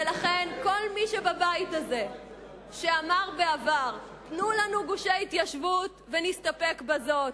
ולכן כל מי בבית הזה שאמר בעבר: תנו לנו גושי התיישבות ונסתפק בזאת,